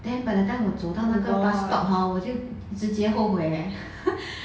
then by the time 我走到那个 bus stop hor 我就直接后悔 eh